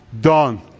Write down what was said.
done